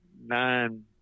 nine